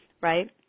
right